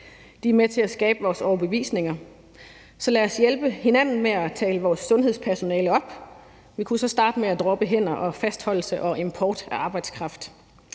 De er med til at skabe vores overbevisninger. Så lad os hjælpe hinanden med at tale vores sundhedspersonale op. Vi kunne så starte med at droppe udtrykkene hænder og fastholdelse og import af arbejdskraft.